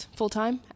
full-time